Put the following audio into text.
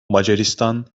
macaristan